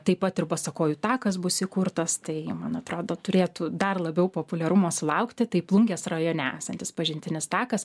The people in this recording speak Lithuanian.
taip pat ir basakojų takas bus įkurtas tai man atrodo turėtų dar labiau populiarumo sulaukti tai plungės rajone esantis pažintinis takas